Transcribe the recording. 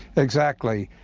exactly.